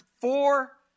four